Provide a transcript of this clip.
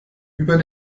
über